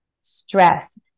stress